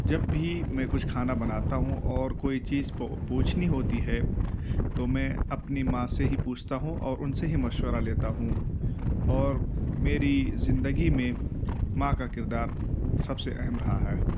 جب بھی میں کچھ بناتا ہوں اور کوئی چیز پوچھنی ہوتی ہے تو میں اپنی ماں سے ہی پوچھتا ہوں اور ان سے ہی مشورہ لیتا ہوں اور میری زندگی میں ماں کا کردار سب سے اہم رہا ہے